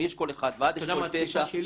מאשכול 1 ועד אשכול 9. אתה יודע מה התפיסה שלי?